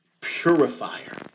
Purifier